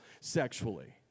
sexually